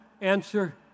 Answer